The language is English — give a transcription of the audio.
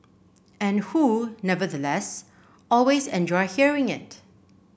and who nevertheless always enjoy hearing it